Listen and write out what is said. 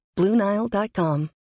BlueNile.com